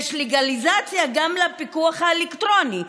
יש לגליזציה גם לפיקוח האלקטרוני.